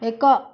ଏକ